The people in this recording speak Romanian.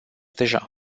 deja